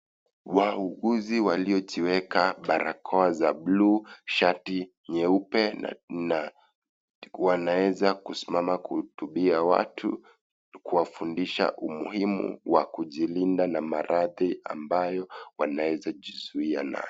Wauguzi waliojiweka barakoa za bluu shati nyeupe na wanaeza kuhutubia watu kuwafundisha umuhimu wa kujilinda na maradhi ambayo wanaweza kujizuia nayo.